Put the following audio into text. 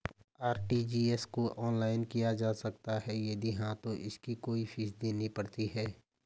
RTGS को online किया जा सकता है यदि हाँ तो इसकी कोई फीस देनी पड़ती है?